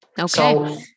Okay